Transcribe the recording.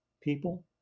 people